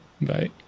Bye